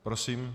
Prosím.